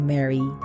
Mary